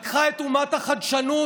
לקחה את אומת החדשנות